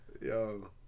Yo